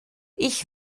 ich